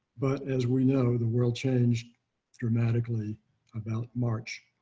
but as we know, the world changed dramatically about march.